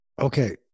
okay